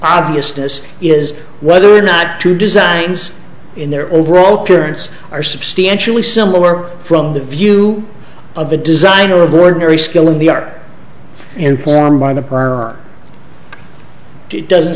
obviousness is whether or not two designs in their overall appearance are substantially similar from the view of the designer of ordinary skill of the are informed by the parlor it doesn't